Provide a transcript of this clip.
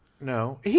No